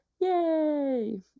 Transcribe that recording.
Yay